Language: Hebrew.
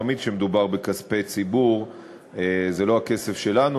תמיד כשמדובר בכספי ציבור זה לא הכסף שלנו,